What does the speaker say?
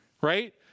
Right